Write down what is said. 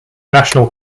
national